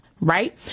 right